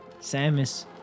Samus